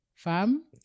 fam